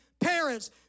Parents